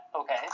okay